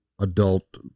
adult